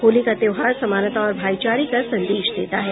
होली का त्योहार समानता और भाई चारे का संदेश देता है